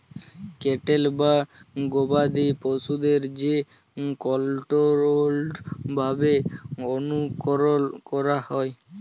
cattle বা গবাদি পশুদের যে কনটোরোলড ভাবে অনুকরল ক্যরা হয়